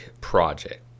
project